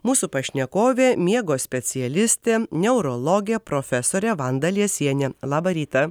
mūsų pašnekovė miego specialistė neurologė profesorė vanda liesienė labą rytą